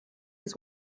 his